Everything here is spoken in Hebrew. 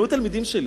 הם היו תלמידים שלי,